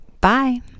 Bye